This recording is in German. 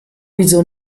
wieso